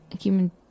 human